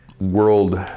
world